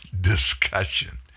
discussion